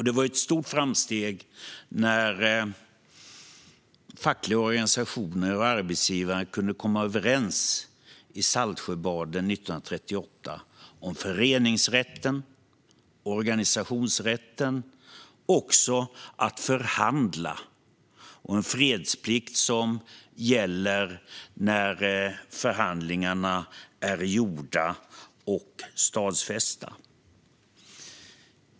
Det var ett stort framsteg när fackliga organisationer och arbetsgivare kunde komma överens i Saltsjöbaden 1938 om föreningsrätten och organisationsrätten, om att förhandla och om en fredsplikt som gäller när förhandlingarna är gjorda och stadfästa.